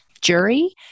jury